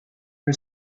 her